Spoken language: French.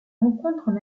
rencontrent